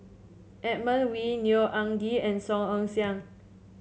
Edmund Wee Neo Anngee and Song Ong Siang